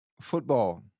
Football